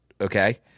Okay